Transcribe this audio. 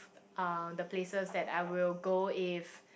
uh the places that I will go if